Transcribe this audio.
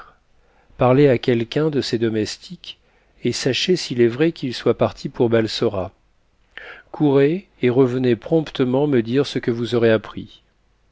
parlez à quelqu'un de ses domestiques et sachez s'il est vrai qu'il soit parti pour balsora courez et revenez promptement me dire ce que vous aurez appris